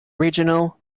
regional